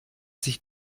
sich